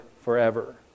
forever